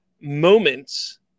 moments